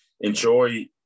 enjoy